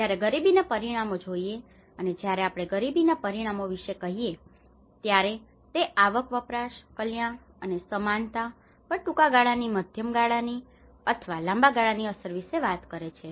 જ્યારે ગરીબીના પરિણામો જોઈએ અને જ્યારે આપણે ગરીબીના પરિણામો વિશે કહીએ ત્યારે તે આવક વપરાશ કલ્યાણ અને સમાનતા પર ટૂંકા ગાળાની મધ્યમ ગાળાની અથવા લાંબા ગાળાની અસર વિશે વાત કરે છે